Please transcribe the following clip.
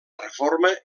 reforma